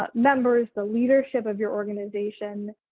ah members, the leadership of your organization.